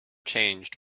changed